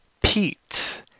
Pete